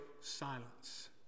silence